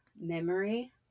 memory